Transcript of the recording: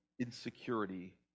insecurity